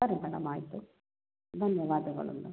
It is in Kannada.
ಸರಿ ಮೇಡಮ್ ಆಯಿತು ಧನ್ಯವಾದಗಳು ಮೇಡಮ್